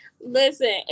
Listen